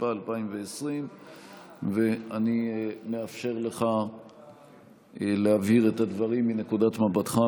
התשפ"א 2020. אני מאפשר לך להבהיר את הדברים מנקודת מבטך,